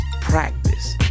practice